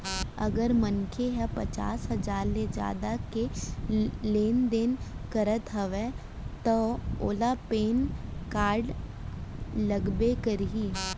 अगर मनसे ह पचार हजार ले जादा के लेन देन करत हवय तव ओला पेन कारड लगबे करही